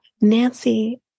Nancy